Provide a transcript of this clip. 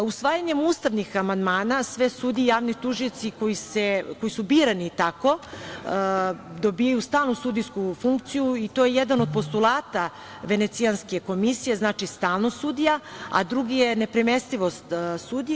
Usvajanjem ustavnih amandmana sve sudije i javni tužioci koji su birani tako dobijaju stalnu sudijsku funkciju i to je jedan od postulata Venecijanske komisije, znači stalnost sudija, a drugi je nepremestivost sudije.